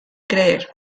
creer